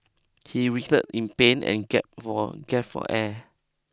he writhed in pain and gap for gap for air